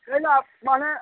कैला माने